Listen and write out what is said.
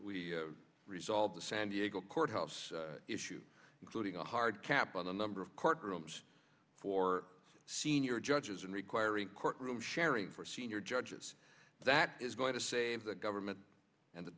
e resolve the san diego courthouse issue including a hard cap on the number of courtrooms for senior judges and requiring courtrooms sharing for senior judges that is going to save the government and the